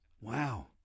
Wow